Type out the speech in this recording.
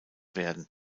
werden